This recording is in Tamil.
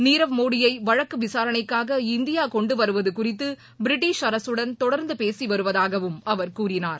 நீரவ் மோடியை வழக்கு விசாரணைக்காக இந்தியா கொண்டுவருவது குறித்து பிரிட்டிஷ் அரசுடன் தொடர்ந்து பேசி வருவதாகவும் அவர் கூறினார்